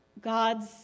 God's